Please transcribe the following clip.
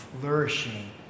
flourishing